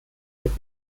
wird